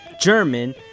German